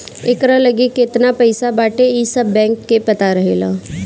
एकरा लगे केतना पईसा बाटे इ सब बैंक के पता रहेला